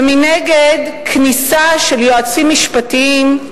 ומנגד כניסה של יועצים משפטיים,